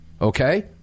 Okay